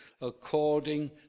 according